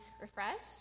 refreshed